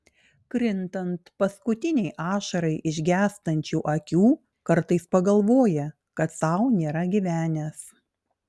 krintant paskutinei ašarai iš gęstančių akių kartais pagalvoja kad sau nėra gyvenęs